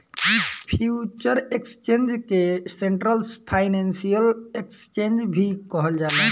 future exchange के central financial exchange भी कहल जाला